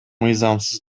мыйзамсыз